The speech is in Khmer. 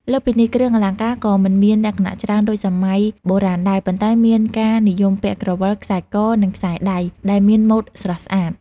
លើសពីនេះ គ្រឿងអលង្ការក៏មិនមានលក្ខណៈច្រើនដូចសម័យបុរាណដែរ ប៉ុន្តែមានការនិយមពាក់ ក្រវិល ខ្សែក និងខ្សែដៃ ដែលមានម៉ូដស្រស់ស្អាត។